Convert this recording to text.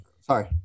sorry